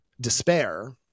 despair